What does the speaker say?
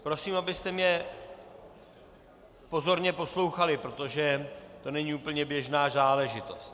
Prosím, abyste mě pozorně poslouchali, protože to není úplně běžná záležitost.